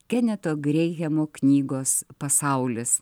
keneto greihemo knygos pasaulis